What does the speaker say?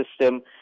system